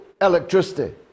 electricity